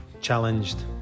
challenged